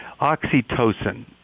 oxytocin